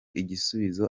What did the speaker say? igisubizo